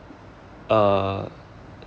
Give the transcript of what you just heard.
uh